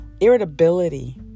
irritability